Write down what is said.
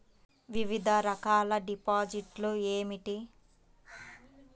వివిధ రకాల డిపాజిట్లు ఏమిటీ?